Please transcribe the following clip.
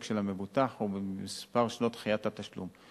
של המבוטח ומספר שנות דחיית התשלום.